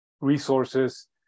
resources